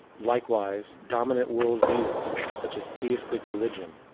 likewise, dominant world views, such as theistic religion,